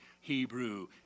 Hebrew